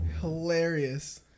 Hilarious